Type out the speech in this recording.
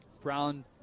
Brown